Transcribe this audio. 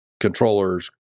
controllers